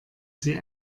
sie